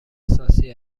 احساسی